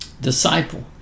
Disciple